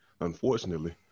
unfortunately